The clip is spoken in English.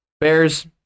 Bears